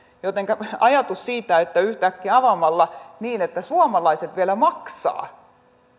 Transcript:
jotenka kun jotenkin ajatellaan että avaamalla niin että suomalaiset vielä maksavat